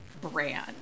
brand